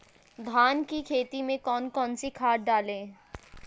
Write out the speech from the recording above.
धान की खेती में कौन कौन सी खाद डालें?